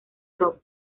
top